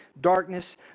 darkness